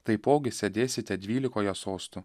taipogi sėdėsite dvylikoje sostų